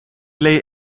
lay